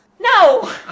No